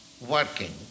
working